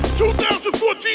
2014